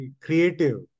creative